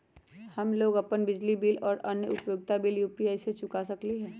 हम लोग अपन बिजली बिल और अन्य उपयोगिता बिल यू.पी.आई से चुका सकिली ह